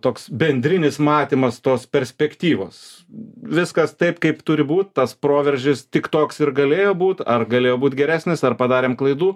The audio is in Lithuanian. toks bendrinis matymas tos perspektyvos viskas taip kaip turi būt tas proveržis tik toks ir galėjo būt ar galėjo būt geresnis ar padarėm klaidų